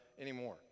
anymore